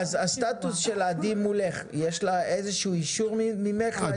הסטטוס של עדי מולך, יש לה איזה אישור ממך?